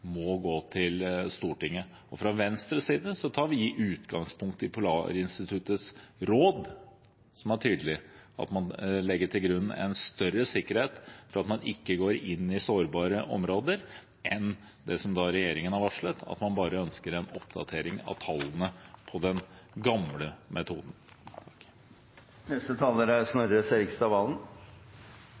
må gå til Stortinget, selv om det er enighet om selve tallene. Venstre tar utgangspunkt i Polarinstituttets råd, som er tydelig, og som sier at man må legge til grunn en større sikkerhet for at man ikke går inn i sårbare områder, enn det som regjeringen har varslet, nemlig at man bare ønsker en oppdatering av tallene med den gamle metoden.